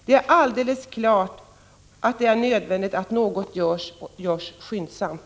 Det är alldeles klart att det är nödvändigt att något görs och att det görs skyndsamt.